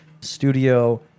Studio